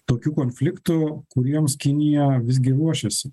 tokių konfliktų kuriems kinija visgi ruošiasi